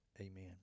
Amen